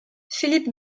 philippe